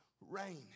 rain